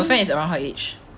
her boyfriend is around her age